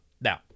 Now